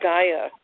Gaia